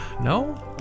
No